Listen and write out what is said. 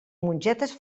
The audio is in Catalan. mongetes